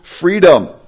freedom